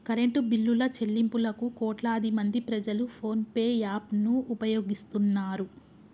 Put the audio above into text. current బిల్లుల చెల్లింపులకు కోట్లాదిమంది ప్రజలు ఫోన్ పే యాప్ ను ఉపయోగిస్తున్నారు